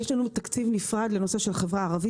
יש לנו תקציב נפרד לנושא של החברה הערבית